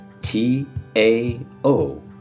T-A-O